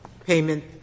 payment